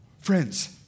Friends